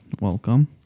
Welcome